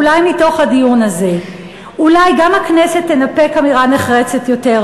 ואולי מתוך הדיון הזה גם הכנסת תנפק אמירה נחרצת יותר,